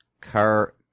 car